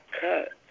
cut